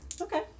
Okay